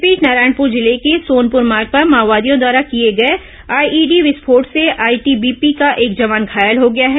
इस बीच नारायणपुर जिले के सोनपुर मार्ग पर माओवादियों द्वारा किए गए आईईडी विस्फोट से आईटीबीपी का एक जवान घायल हो गया है